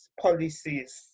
policies